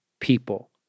people